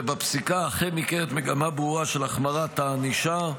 ובפסיקה אכן ניכרת מגמה ברורה של החמרת הענישה,